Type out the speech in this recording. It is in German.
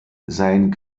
sein